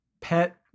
pet